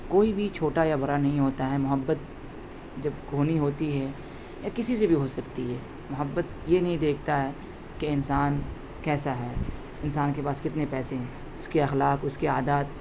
کوئی بھی چھوٹا یا بڑا نہیں ہوتا ہے محبت جب ہونی ہوتی ہے یا کسی سے بھی ہو سکتی ہے محبت یہ نہیں دیکھتا ہے کہ انسان کیسا ہے انسان کے پاس کتنے پیسے ہیں اس کے اخلاق اس کے عادات